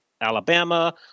Alabama